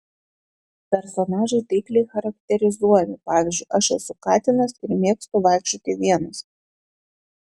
personažai taikliai charakterizuojami pavyzdžiui aš esu katinas ir mėgstu vaikščioti vienas